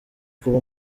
kuba